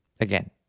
again